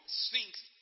sinks